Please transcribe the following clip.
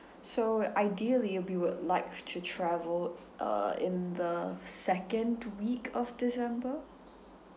so ideally we would like to travel uh in the second uh week of december